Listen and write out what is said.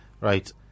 Right